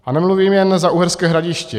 A nemluvím jen za Uherské Hradiště.